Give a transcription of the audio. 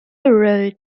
wrote